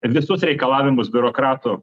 visus reikalavimus biurokratų